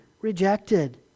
rejected